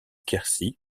quercy